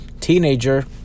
teenager